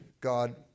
God